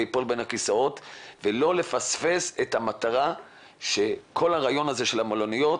ייפול בין הכיסאות ולא לפספס את המטרה של כל הרעיון של המלוניות,